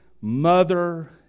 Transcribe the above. mother